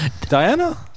Diana